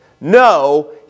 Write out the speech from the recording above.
No